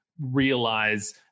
realize